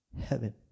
heaven